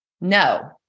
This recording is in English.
No